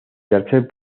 tercer